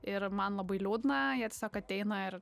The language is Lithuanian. ir man labai liūdna jie tiesiog ateina ir